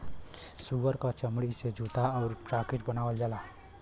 सूअर क चमड़ी से जूता आउर जाकिट बनावल जाला